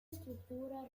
estructura